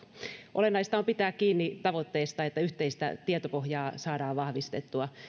olennaista on pitää kiinni tavoitteesta että yhteistä tietopohjaa saadaan vahvistettua